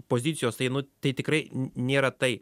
pozicijos tai nu tai tikrai nėra tai